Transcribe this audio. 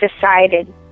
decided